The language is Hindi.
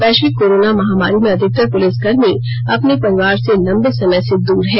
वैश्विक कोरोना महामारी में अधिकतर पुलिसकर्मी अपने परिवार से लंबे समय से दूर हैं